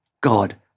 God